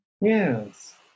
yes